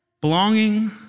Belonging